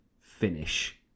finish